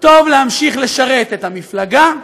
וטוב להמשיך לשרת את המפלגה,